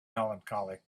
melancholy